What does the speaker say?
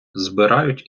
збирають